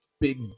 big